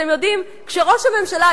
אתם יודעים שראש הממשלה,